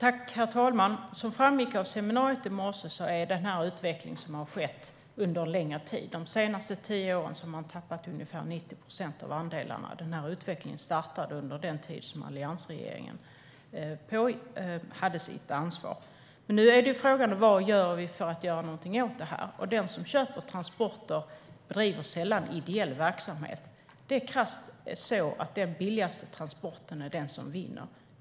Herr talman! Som framgick av seminariet i morse är det här en utveckling som har skett under en längre tid. De senaste tio åren har man tappat ungefär 90 procent av andelarna. Den här utvecklingen startade under den tid då alliansregeringen var ansvarig. Nu är frågan vad vi gör åt det här. Den som köper transporter bedriver sällan ideell verksamhet. Det är så krasst att det är den billigaste transporten som vinner.